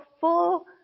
full